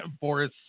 Boris